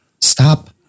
Stop